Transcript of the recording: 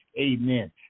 amen